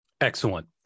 Excellent